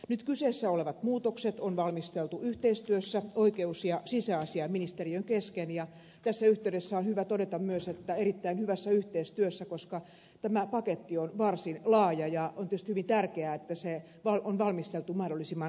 nyt kyseessä olevat muutokset on valmisteltu yhteistyössä oikeus ja sisäasiainministeriön kesken ja tässä yhteydessä on hyvä todeta myös että erittäin hyvässä yhteistyössä koska tämä paketti on varsin laaja ja on tietysti hyvin tärkeää että se on valmisteltu mahdollisimman tasapainoisesti